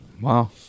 Wow